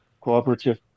cooperative